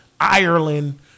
Ireland